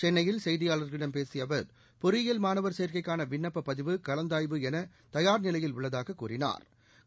சென்னையில் செய்தியாளர்களிடம் பேசிய அவர் பொறியியல் மாணவர் சேர்க்கைக்கான விண்ணப்ப பதிவு கலந்தாய்வு என தயாா் நிலையில் உள்ளதாக கூறினாா்